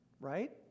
Right